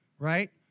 right